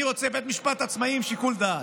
אני רוצה בית משפט עצמאי עם שיקול דעת.